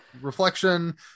reflection